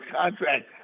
contract